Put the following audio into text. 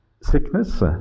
sickness